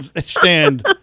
stand